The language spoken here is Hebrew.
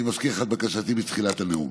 אני מזכיר לך את בקשתי מתחילת הנאום.